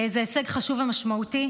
זה הישג חשוב ומשמעותי.